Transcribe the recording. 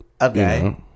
Okay